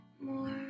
more